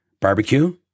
barbecue